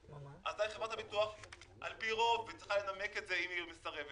אזי חברת הביטוח על פי רוב והיא צריכה לנמק אם היא מסרבת